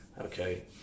okay